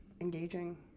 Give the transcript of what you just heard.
engaging